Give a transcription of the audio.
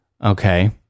Okay